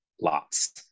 lots